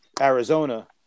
Arizona